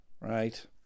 right